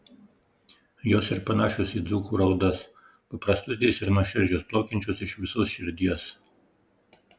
jos ir panašios į dzūkų raudas paprastutės ir nuoširdžios plaukiančios iš visos širdies